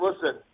listen